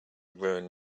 ruin